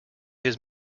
his